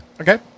Okay